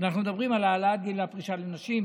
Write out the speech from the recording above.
אנחנו מדברים על העלאת גיל הפרישה לנשים,